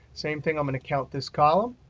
same thing, i'm going to count this column.